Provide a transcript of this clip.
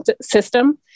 system